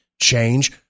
change